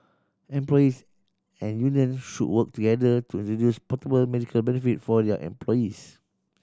employers and unions should work together to introduce portable medical benefits for their employees